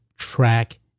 track